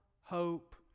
hope